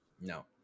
no